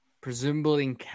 presumably